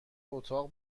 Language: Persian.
اتاق